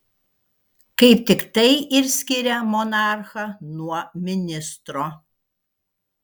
kaip tik tai ir skiria monarchą nuo ministro